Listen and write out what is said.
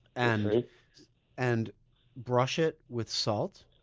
and and brush it with salt,